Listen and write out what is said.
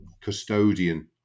custodian